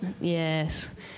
yes